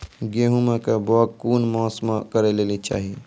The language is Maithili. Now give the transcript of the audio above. गेहूँमक बौग कून मांस मअ करै लेली चाही?